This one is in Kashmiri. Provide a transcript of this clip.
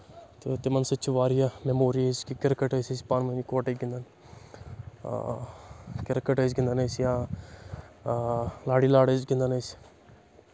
تہٕ تِمن سۭتۍ چھِ واریاہ میموریٖز کہِ کِرکَٹ ٲسۍ أسۍ پانہٕ ؤنۍ اکوَٹے گِنٛدَان کِرکَٹ ٲسۍ گِنٛدَان ٲسۍ یا لاڑی لاڈ ٲسۍ گِنٛدان أسۍ